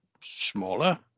smaller